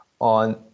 on